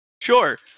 Sure